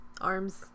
Arms